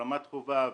רמת חובב,